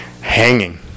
hanging